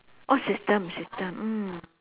oh system system mm